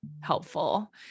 helpful